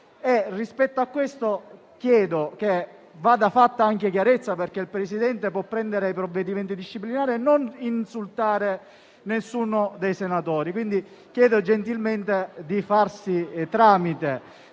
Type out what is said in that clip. rispetto a questo, chiedo che vada fatta chiarezza, perché il Presidente può assumere provvedimenti disciplinari, ma non può insultare nessuno dei senatori. Chiedo gentilmente di farsi da tramite